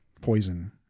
poison